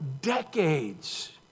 decades